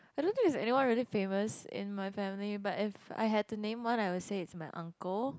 I don't think there's anyone really famous in my family but if I had to name one I would say it's my uncle